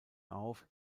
auf